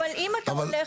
אבל אם אתה הולך,